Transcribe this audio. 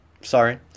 Sorry